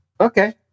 okay